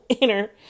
inner